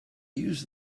use